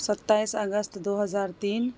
ستائیس اگست دو ہزار تین